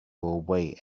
away